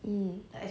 mm